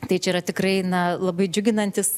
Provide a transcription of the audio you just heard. tai čia yra tikrai na labai džiuginantis